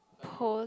poles